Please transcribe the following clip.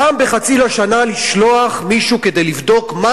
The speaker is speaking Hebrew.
פעם בחצי שנה לשלוח מישהו כדי לבדוק מה